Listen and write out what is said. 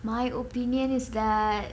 my opinion is that